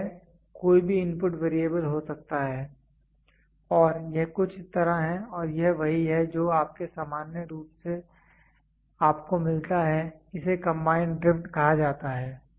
यह कोई भी इनपुट वैरिएबल हो सकता है और यह कुछ इस तरह है और यह वही है जो आपके सामान्य रूप से आपको मिलता है इसे कंबाइंड ड्रिफ्ट कहा जाता है